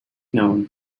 known